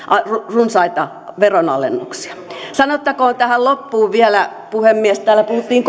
runsaita veronalennuksia sanottakoon tähän loppuun vielä puhemies että kun täällä puhuttiin